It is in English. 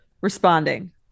responding